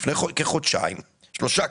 לפני כחודשיים-שלושה,